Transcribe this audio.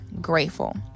grateful